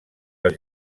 els